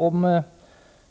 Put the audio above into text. Om